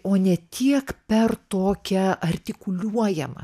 o ne tiek per tokią artikuliuojamą